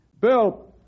Bill